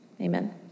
Amen